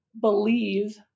believe